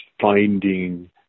finding